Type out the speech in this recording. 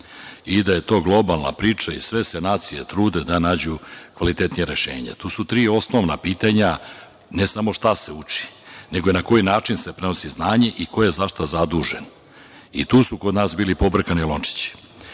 i da je to globalna priča i sve se nacije trude da nađu kvalitetnije rešenje. To su tri osnovna pitanja, ne samo šta se uči, nego i na koji način se prenosi znanje i ko je za šta zadužen. Tu s kod nas bili pobrkani lončići